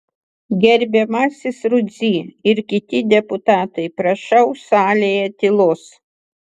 gerbiamasis rudzy ir kiti deputatai prašau salėje tylos